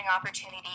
opportunity